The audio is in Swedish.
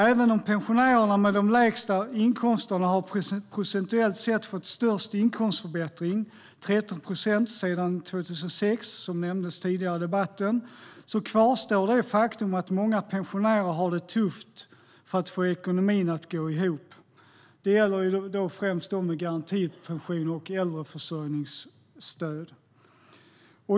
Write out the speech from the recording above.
Även om pensionärerna med de lägsta inkomsterna procentuellt sett har fått störst inkomstförbättring, 13 procent sedan 2006 som nämndes tidigare i debatten, kvarstår det faktum att många pensionärer har det tufft att få ekonomin att gå ihop. Det gäller främst dem med garantipensioner och äldreförsörjningsstöd.